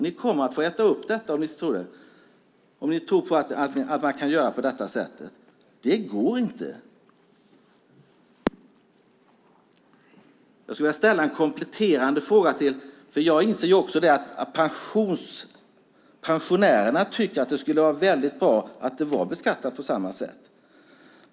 Ni kommer att få äta upp detta om ni tror att man kan göra på det här sättet. Det går inte. Jag skulle vilja ställa en kompletterande fråga, för jag inser också att pensionärerna tycker att det skulle vara väldigt bra om det beskattades på samma sätt.